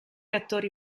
attori